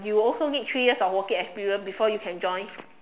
you also need three years of working experience before you can join